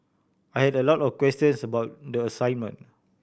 I had a lot of questions about the assignment